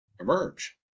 emerge